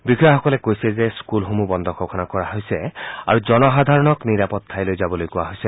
বিষয়াসকলে কৈছে যে স্থূলসমূহ বন্ধ ঘোষণা কৰা হৈছে আৰু জনসাধাৰণক নিৰাপদ ঠাইলৈ যাবলৈ কোৱা হৈছে